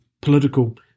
political